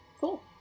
Cool